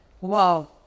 wow